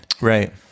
Right